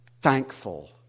Thankful